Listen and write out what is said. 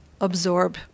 absorb